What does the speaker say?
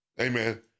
amen